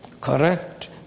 Correct